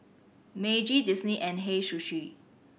Meiji Disney and Hei Sushi